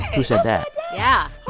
who said that yeah